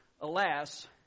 Alas